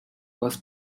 was